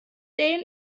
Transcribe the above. den